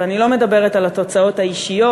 ואני לא מדברת על התוצאות האישיות,